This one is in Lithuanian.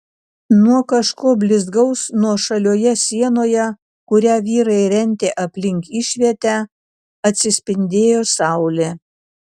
nuo kažko blizgaus nuošalioje sienoje kurią vyrai rentė aplink išvietę atsispindėjo saulė